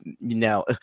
now